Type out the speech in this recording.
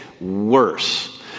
worse